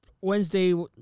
Wednesday